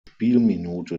spielminute